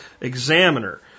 Examiner